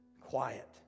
quiet